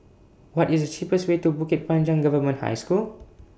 What IS The cheapest Way to Bukit Panjang Government High School